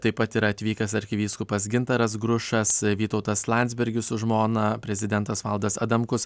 taip pat yra atvykęs arkivyskupas gintaras grušas vytautas landsbergis su žmona prezidentas valdas adamkus